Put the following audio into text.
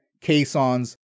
caissons